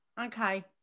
Okay